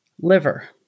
liver